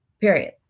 Period